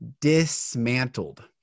dismantled